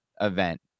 event